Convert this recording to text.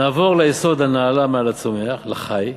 נעבור ליסוד הנעלה מעל הצומח, לחי,